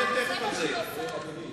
מעלה מע"מ על הירקות והפירות?